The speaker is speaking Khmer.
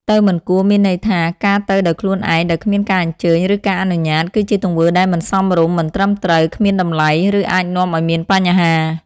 ទៅមិនគួរមានន័យថា ការទៅដោយខ្លួនឯង ដោយគ្មានការអញ្ជើញ ឬការអនុញ្ញាត គឺជាទង្វើដែលមិនសមរម្យ មិនត្រឹមត្រូវ គ្មានតម្លៃ ឬអាចនាំឲ្យមានបញ្ហា។